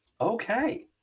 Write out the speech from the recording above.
Okay